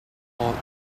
called